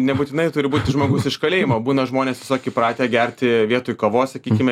nebūtinai turi būti žmogus iš kalėjimo būna žmonės tiesiog įpratę gerti vietoj kavos sakykime